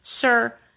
Sir